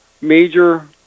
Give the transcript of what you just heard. major